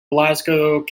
glasgow